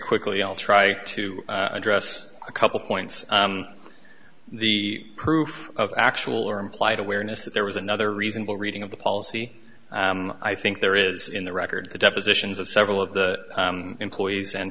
quickly i'll try to address a couple points the proof of actual or implied awareness that there was another reasonable reading of the policy i think there is in the record the depositions of several of the employees and